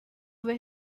ver